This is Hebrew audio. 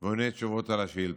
ועונה תשובות על השאילתות.